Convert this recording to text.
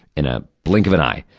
in a blink of an eye.